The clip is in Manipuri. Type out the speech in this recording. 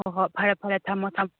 ꯍꯣꯏ ꯍꯣꯏ ꯐꯔꯦ ꯐꯔꯦ ꯊꯝꯃꯣ ꯊꯝꯃꯣ